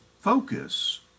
focus